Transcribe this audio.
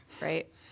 right